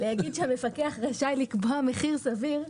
להגיד שהמפקח רשאי לקבוע מחיר סביר,